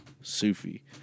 Sufi